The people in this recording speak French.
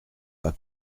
pas